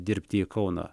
dirbti į kauną